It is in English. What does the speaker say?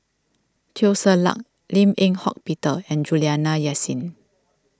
Teo Ser Luck Lim Eng Hock Peter and Juliana Yasin